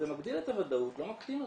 זה מגדיל את הוודאות, לא מקטין אותה.